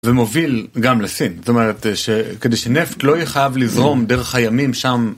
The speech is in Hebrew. ומוביל גם לסין, זאת אומרת שכדי שנפט לא יהיה חייב לזרום דרך הימים שם.